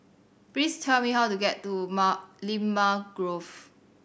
please tell me how to get to Limau Grove